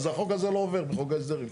אז החוק הזה לא עובר בחוק ההסדרים.